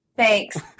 Thanks